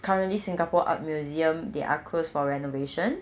currently singapore art museum they are closed for renovation